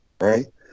right